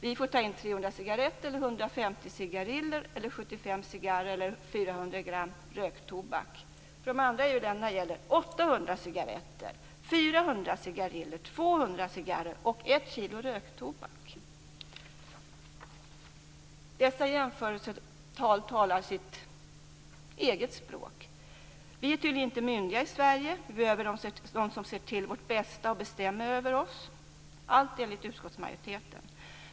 Vi får ta in 300 cigaretter eller 150 cigariller eller 75 cigarrer eller 400 gram röktobak. För de i andra EU-länder gäller 800 cigaretter, 400 cigariller, 200 cigarrer och 1 kg röktobak. Dessa jämförelser talar sitt eget språk. Vi är tydligen inte myndiga i Sverige. Vi behöver någon som ser till vårt bästa och bestämmer över oss, allt enligt utskottsmajoriteten.